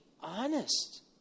honest